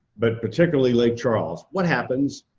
but particularly lake charles, what happens?